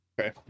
Okay